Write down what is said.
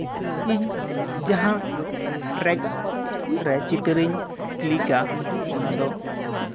ᱤᱧ ᱡᱟᱦᱟᱸ ᱴᱨᱮᱠ ᱨᱮ ᱪᱤᱛᱟᱹᱨᱤᱧ ᱠᱞᱤᱠᱟ ᱚᱱᱟ ᱫᱚ